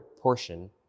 portion